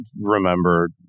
remember